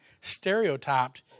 stereotyped